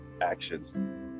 actions